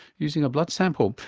using a blood sample.